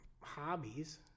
hobbies